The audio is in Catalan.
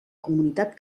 comunitat